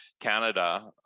Canada